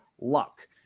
Luck